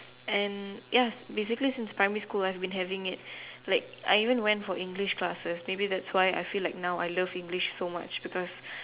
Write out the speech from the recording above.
and ya basically since primary school I've been having it like I even went for English classes maybe that's why I feel like now I love English so much because